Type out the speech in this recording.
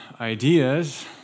ideas